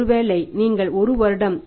ஒருவேளை நீங்கள் 1 வருடம்